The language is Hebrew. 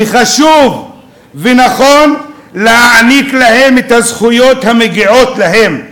וחשוב ונכון להעניק להם את הזכויות המגיעות להם.